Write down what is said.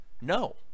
No